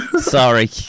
Sorry